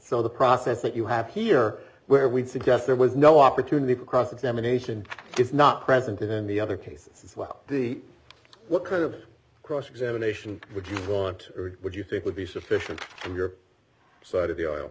so the process that you have here where we suggest there was no opportunity for cross examination is not present in the other cases as well what kind of cross examination would you want or would you think would be sufficient from your side of the oil